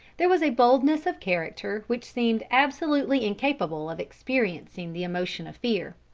there was a boldness of character which seemed absolutely incapable of experiencing the emotion of fear.